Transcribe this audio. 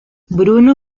bruno